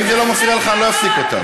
אם זה לא מפריע לך אני לא אפסיק אותם.